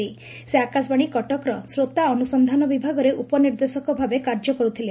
ଶ୍ରୀମତୀ ପ୍ରଧାନ ଆକାଶବାଣୀ କଟକର ଶ୍ରୋତା ଅନୁସକ୍ଷାନ ବିଭାଗରେ ଉପନିର୍ଦ୍ଦେଶକଭାବେ କାର୍ଯ୍ୟ କରୁଥିଲେ